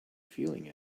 feeling